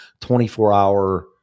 24-hour